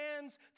hands